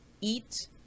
eat